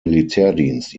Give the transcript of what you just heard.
militärdienst